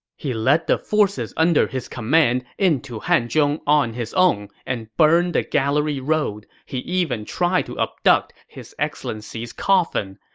he led the forces under his command into hanzhong on his own and burned the gallery road. he even tried to abduct his excellency's coffin.